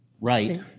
right